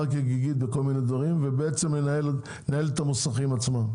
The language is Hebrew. כגיגית בכל מיני דברים ולנהל את המוסכים עצמם.